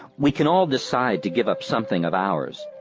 we can all decide to give up something of ours,